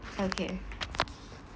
okay